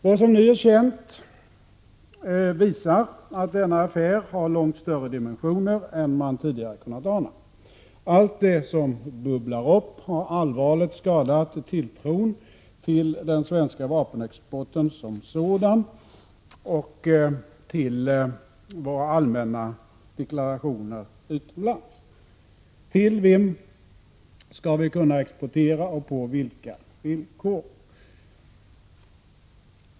Det som nu är känt visar att denna affär har långt större dimensioner än man tidigare har kunnat ana. Allt som bubblar upp har allvarligt skadat tilltron till den svenska vapenexporten som sådan och till våra allmänna deklarationer utomlands. Till vem skall vi kunna exportera och på vilka villkor?